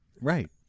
Right